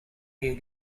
here